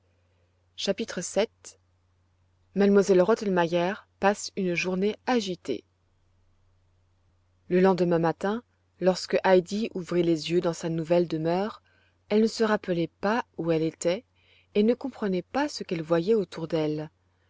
chapitre vii m elle rottenmeier passe une journée agitée le lendemain matin lorsque heidi ouvrit les yeux dans sa nouvelle demeure elle ne se rappelait pas où elle était et ne comprenait pas ce qu'elle voyait autour d'elle